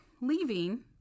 leaving